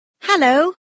Hello